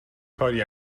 کاری